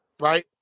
Right